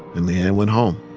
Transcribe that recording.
and le-ann went home